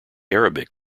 arabic